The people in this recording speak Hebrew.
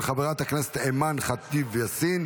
2024, לא אושרה ותוסר מסדר-היום.